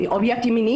כאובייקט מיני?